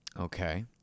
okay